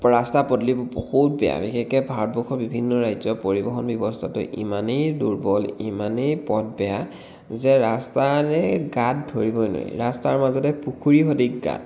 ৰাস্তা পদুলিবোৰ বহুত বেয়া বিশেষকে ভাৰতবৰ্ষৰ বিভিন্ন ৰাজ্যৰ পৰিবহণ ব্যৱস্থাটো ইমানেই দুৰ্বল ইমানেই পথ বেয়া যে ৰাস্তা নে গাঁত ধৰিবই নোৱাৰি ৰাস্তাৰ মাজতে পুখুৰী সদৃশ গাঁত